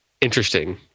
interesting